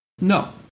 No